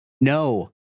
No